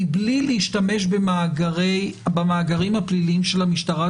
מבלי להשתמש במאגרים הפליליים של המשטרה,